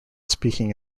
speaking